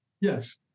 Yes